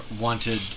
wanted